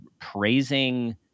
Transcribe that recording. praising